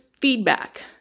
feedback